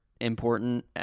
important